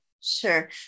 Sure